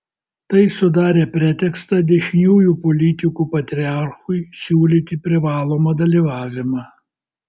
tai sudarė pretekstą dešiniųjų politikų patriarchui siūlyti privalomą dalyvavimą